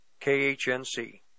KHNC